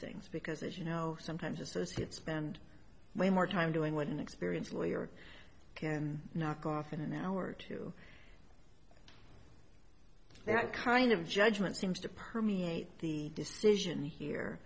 things because as you know sometimes associates spend way more time doing what an experienced lawyer can knock off in an hour or two that kind of judgment seems to permeate the decision here